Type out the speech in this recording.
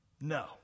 No